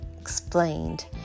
explained